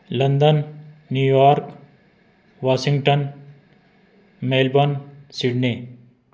London New York Washington Melbourne Sydney